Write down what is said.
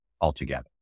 altogether